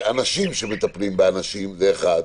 האנשים שמטפלים באנשים, זה דבר אחד.